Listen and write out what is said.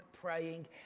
praying